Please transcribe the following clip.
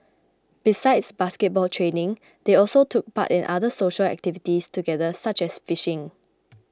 besides basketball training they also took part in other social activities together such as fishing